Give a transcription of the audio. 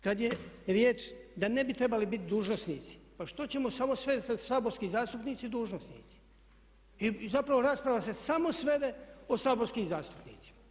Kad je riječ da ne bi trebali bit dužnosnici, pa što ćemo samo svest saborski zastupnici dužnosnici i zapravo rasprava se samo svede o saborskim zastupnicima.